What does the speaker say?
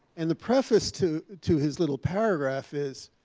and the preface to to his little paragraph is,